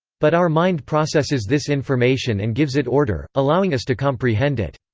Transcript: but our mind processes this information and gives it order, allowing us to comprehend it.